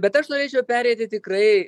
bet aš norėčiau pereiti tikrai